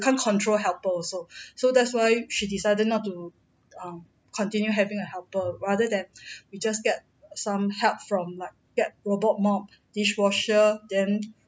can't control helper also so that's why she decided not to err continue having a helper rather than we just get some help from like get robot mop dishwasher then